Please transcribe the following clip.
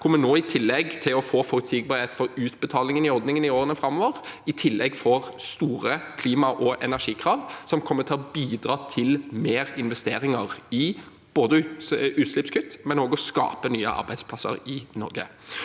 samme. I tillegg til å få forutsigbarhet for utbetalingen i ordningen i årene framover får vi nå store klima- og energikrav som både kommer til å bidra til mer investeringer i utslippskutt og også skape nye arbeidsplasser i Norge.